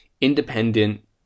independent